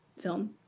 film